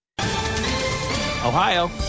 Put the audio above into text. ohio